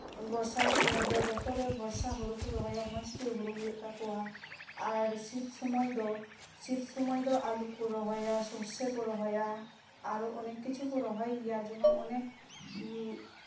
ᱵᱚᱨᱥᱟ ᱥᱚᱢᱚᱭ ᱫᱚ ᱡᱚᱛᱚᱨᱮ ᱵᱚᱨᱥᱟ ᱦᱳᱲᱳ ᱠᱚ ᱨᱚᱦᱚᱭᱟ ᱢᱚᱡᱽ ᱜᱮ ᱦᱳᱲᱳ ᱦᱩᱭᱩᱜ ᱛᱟᱠᱚᱣᱟ ᱟᱨ ᱥᱤᱛ ᱥᱚᱢᱚᱭ ᱫᱚ ᱥᱤᱛ ᱥᱚᱢᱚᱭ ᱫᱚ ᱟᱹᱞᱩ ᱠᱚ ᱨᱚᱦᱚᱭᱟ ᱥᱚᱨᱥᱮ ᱠᱚ ᱨᱚᱦᱚᱭᱟ ᱟᱨᱚ ᱚᱱᱮᱠ ᱠᱤᱪᱷᱩ ᱠᱚ ᱨᱚᱦᱚᱭ ᱜᱮᱭᱟ ᱡᱮᱢᱚᱱ ᱚᱱᱮᱠ